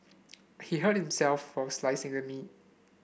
he hurt himself while slicing the meat